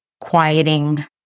quieting